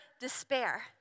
despair